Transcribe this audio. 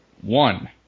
One